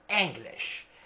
English